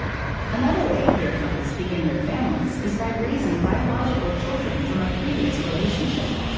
another way queer couples begin their families is by raising biological children from a previous relationship.